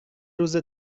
روز